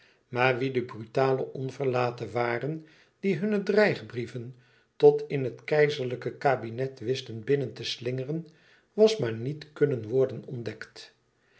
maar wie de brutale onverlaten waren die hunne dreigbrieven tot in het keizerlijke kabinet wisten binnen te slingeren was maar niet kunnen worden ontdekt